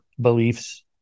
beliefs